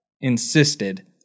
insisted